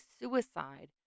suicide